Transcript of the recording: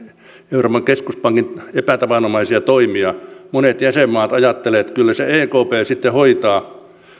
euroopan keskuspankin epätavanomaisia toimia monet jäsenmaat ajattelevat että kyllä se ekp sitten hoitaa